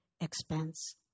expense